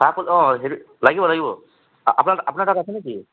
লাগিব লাগিব আপোনাৰ আপোনাৰ তাত আছে নেকি